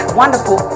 wonderful